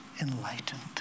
enlightened